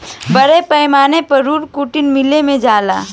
बड़ पैमाना पर रुई कार्टुन मिल मे जाला